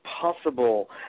possible